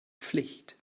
pflicht